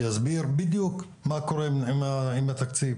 שהוא יסביר בדיוק מה קורה עם התקציב.